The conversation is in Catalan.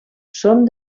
són